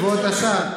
כבוד השר.